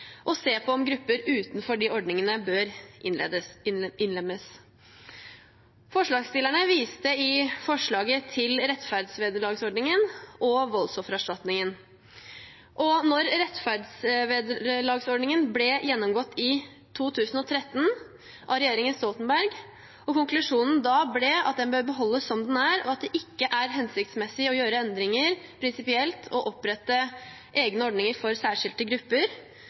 og å se på om grupper utenfor de ordningene bør innlemmes. Forslagsstillerne viste i dokumentet til rettferdsvederlagsordningen og voldsoffererstatningen. Rettferdsvederlagsordningen ble gjennomgått i 2013 av regjeringen Stoltenberg, og konklusjonen da ble at den burde beholdes som den var, og at det ikke var hensiktsmessig å gjøre endringer prinsipielt og opprette egne ordninger for særskilte grupper.